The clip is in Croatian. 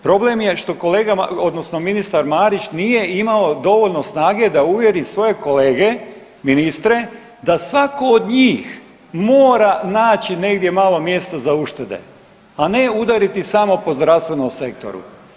Problem je što kolega, odnosno ministar Marić nije imao dovoljno snage da uvjeri svoje kolege ministre da svatko od njih mora naći negdje malo mjesta za uštede, a ne udariti samo po zdravstvenom sektoru.